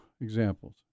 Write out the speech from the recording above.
examples